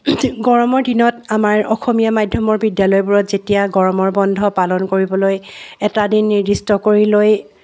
গৰমৰ দিনৰ আমাৰ অসমীয়া মাধ্যমৰ বিদ্যালয়বোৰত যেতিয়া গৰমৰ বন্ধ পালন কৰিবলৈ এটা দিন নিৰ্দিষ্ট কৰি লৈ